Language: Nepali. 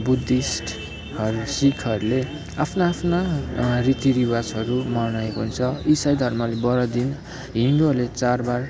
बुद्धिस्टहरू शिखहरूले आफ्ना आफ्ना रीतिरिवाजहरू मनाएका हुन्छ इसाईहरूले बढादिन हिन्दूहरूले चाडबाड